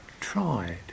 tried